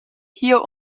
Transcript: hier